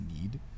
need